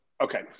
okay